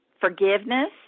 forgiveness